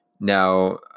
Now